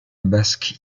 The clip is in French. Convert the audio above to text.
basque